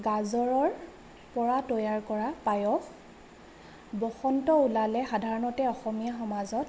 গাজৰৰ পৰা তৈয়াৰ কৰা পায়স বসন্ত ওলালে সধাৰণতে অসমীয়া সমাজত